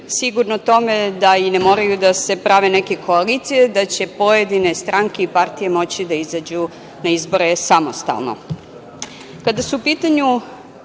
sigurno tome da ne moraju da se prave neke koalicije, da će pojedine stranke i partije moći da izađu na izbore samostalno. Kada